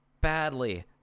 badly